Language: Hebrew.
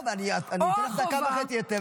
לא, אבל אני נותן לך דקה וחצי יותר.